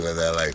של הנעליים.